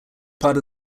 part